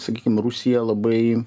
sakykim rusija labai